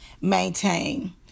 maintain